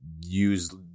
use